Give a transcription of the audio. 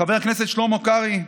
חבר הכנסת שלמה קרעי,